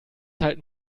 halten